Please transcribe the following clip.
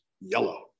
yellow